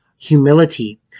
Humility